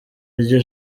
ryo